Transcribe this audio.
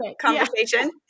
Conversation